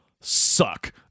suck